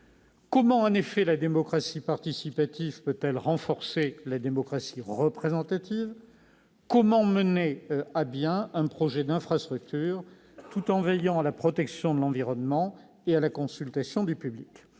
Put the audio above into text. Comment, en effet, la démocratie participative peut-elle renforcer la démocratie représentative ? Comment mener à bien un projet d'infrastructure tout en veillant à la protection de l'environnement et à la consultation du public ?